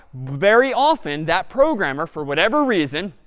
very often, that programmer, for whatever reason,